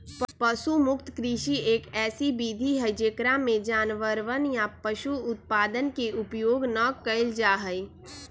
पशु मुक्त कृषि, एक ऐसी विधि हई जेकरा में जानवरवन या पशु उत्पादन के उपयोग ना कइल जाहई